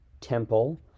Temple